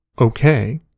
okay